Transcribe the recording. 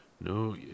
no